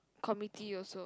committee also